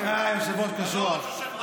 אני מתלהב כי